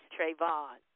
Trayvon